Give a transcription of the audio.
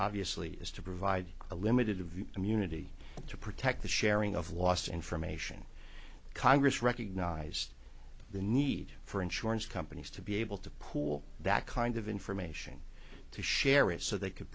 obviously is to provide a limited view immunity to protect the sharing of lost information congress recognized the need for insurance companies to be able to pool that kind of information to share it so they could